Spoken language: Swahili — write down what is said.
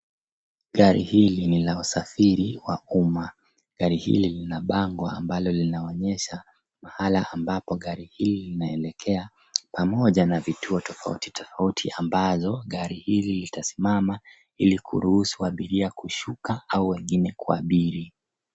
Gari hili ni la wasafiri wa umma. Gari hili lina bango ambalo linaonyesha mahala ambapo gari hili linaelekea pamoja na vituo tofautitofauti ambazo gari hili litasimama ili kuruhusu abiria kushuka au wengine kuabiri.